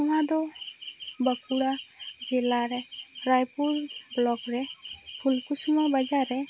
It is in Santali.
ᱚᱱᱟ ᱫᱚ ᱵᱟᱸᱠᱩᱲᱟ ᱡᱮᱞᱟᱨᱮ ᱨᱟᱭᱯᱩᱨ ᱵᱞᱚᱠ ᱨᱮ ᱯᱷᱩᱞᱠᱩᱥᱢᱟᱹ ᱵᱟᱡᱟᱨ ᱨᱮ